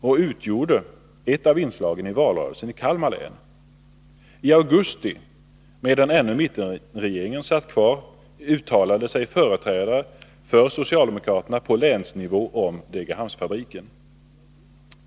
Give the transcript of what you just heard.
Den utgjorde också ett av inslagen i valrörelsen i Kalmar län. I augusti, när mittenregeringen ännu satt kvar, uttalade sig företrädare för socialdemokraterna på länsnivå om Degerhamnsfabriken.